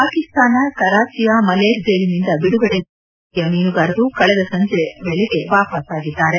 ಪಾಕಿಸ್ತಾನ ಕರಾಚಿಯ ಮಲೇರ್ ಜೈಲಿನಿಂದ ಬಿಡುಗಡೆಗೊಳಿಸಿದ ನೂರಾರು ಭಾರತೀಯ ಮೀನುಗಾರರು ಕಳೆದ ಸಂಜೆ ವೇಳೆಗೆ ವಾಪಸ್ವಾಗಿದ್ದಾರೆ